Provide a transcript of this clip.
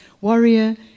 warrior